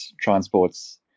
transports